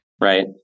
Right